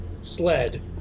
sled